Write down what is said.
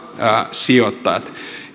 sijoittajat